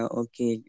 okay